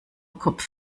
kopf